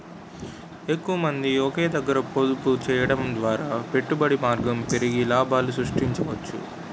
ఎక్కువమంది ఒకే దగ్గర పొదుపు చేయడం ద్వారా పెట్టుబడి మార్గం పెరిగి లాభాలు సృష్టించవచ్చు